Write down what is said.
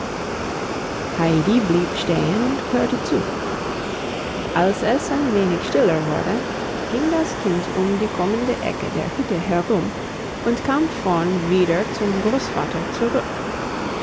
heidi blieb stehen und hörte zu als es ein wenig stiller wurde ging das kind um die kommende ecke der hütte herum und kam vorn wieder zum großvater zurück